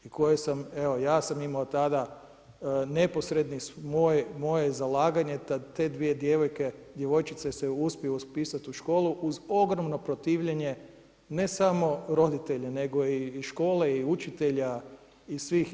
I koje sam, evo ja sam imao tada neposredno moje zalaganje da te dvije djevojčice se uspiju upisat u školu uz ogromno protivljenje ne samo roditelja, nego i škole i učitelja, i svi.